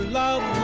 love